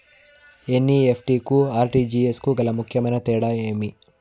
NEFT కు RTGS కు గల ముఖ్యమైన తేడా ఏమి?